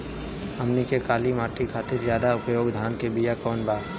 हमनी के काली माटी खातिर ज्यादा उपयोगी धान के बिया कवन बा?